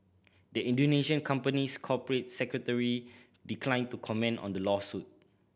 the Indonesian company's corporate secretary declined to comment on the lawsuit